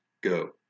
go